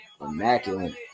immaculate